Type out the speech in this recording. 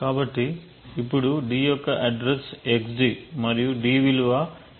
కాబట్టి ఇప్పుడు d యొక్క అడ్రస్ xd మరియు d విలువ 804b008